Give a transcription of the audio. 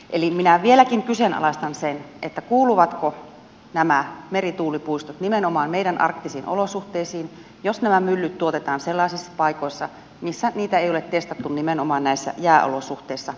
eli minä vieläkin kyseenalaistan sen kuuluvatko nämä merituulipuistot nimenomaan meidän arktisiin olosuhteisiin jos nämä myllyt tuotetaan sellaisissa paikoissa missä niitä ei ole testattu nimenomaan näissä jääolosuhteissa